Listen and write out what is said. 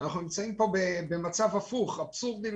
מדובר באבסורד,